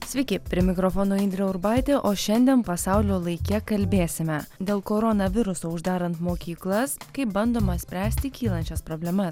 sveiki prie mikrofono indrė urbaitė o šiandien pasaulio laike kalbėsime dėl koronaviruso uždarant mokyklas kaip bandoma spręsti kylančias problemas